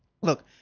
Look